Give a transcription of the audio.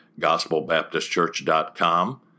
gospelbaptistchurch.com